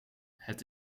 het